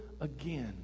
again